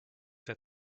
der